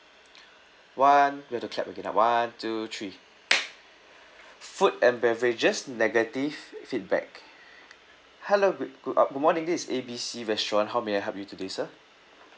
one we have to clap again ah one two three food and beverages negative feedback hello good good af~ good morning this is A B C restaurant how may help you today sir